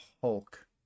Hulk